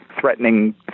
threatening